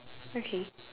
okay